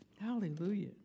Hallelujah